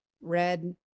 red